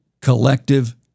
collective